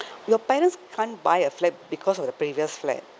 your parents can't buy a flat because of the previous flat